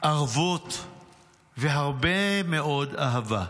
ערבות והרבה מאוד אהבה".